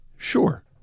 Sure